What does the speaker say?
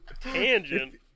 Tangent